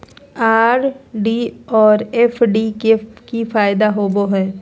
RD और FD के की फायदा होबो हइ?